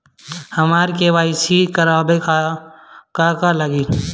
हमरा के.वाइ.सी करबाबे के बा का का लागि?